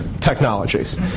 technologies